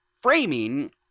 framing